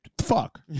fuck